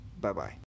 Bye-bye